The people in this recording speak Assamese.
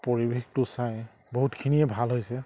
পৰিৱেশটো চাই বহুতখিনিয়ে ভাল হৈছে